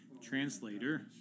translator